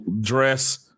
dress